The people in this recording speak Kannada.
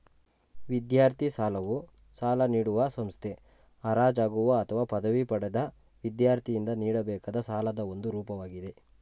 ವಿದ್ಯಾರ್ಥಿ ಸಾಲವು ಸಾಲ ನೀಡುವ ಸಂಸ್ಥೆ ಹಾಜರಾಗುವ ಅಥವಾ ಪದವಿ ಪಡೆದ ವಿದ್ಯಾರ್ಥಿಯಿಂದ ನೀಡಬೇಕಾದ ಸಾಲದ ಒಂದು ರೂಪವಾಗಿದೆ